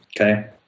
Okay